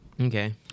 Okay